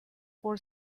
for